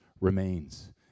remains